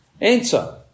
Answer